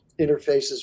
interfaces